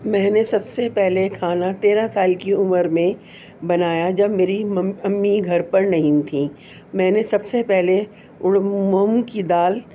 میں نے سب سے پہلے کھانا تیرہ سال کی عمر میں بنایا جب میری امی گھر پر نہیں تھیں میں نے سب سے پہلے اُڑ مونگ کی دال